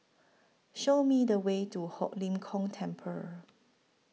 Show Me The Way to Ho Lim Kong Temple